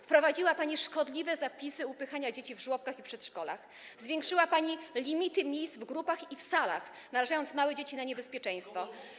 Wprowadziła pani szkodliwe zapisy upychania dzieci w żłobkach i przedszkolach, zwiększyła pani limity miejsc w grupach i w salach, narażając małe dzieci na niebezpieczeństwo.